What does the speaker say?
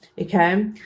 Okay